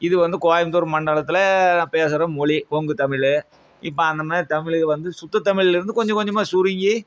இது வந்து கோயம்பத்தூர் மண்டலத்தில் நம் பேசுகிற மொழி கொங்கு தமிழ் இப்போ அந்த மாதிரி தமிழுங்க வந்து சுத்த தமிழ்லேருந்து கொஞ்சம் கொஞ்சமாக சுருங்கி